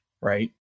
right